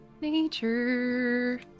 Nature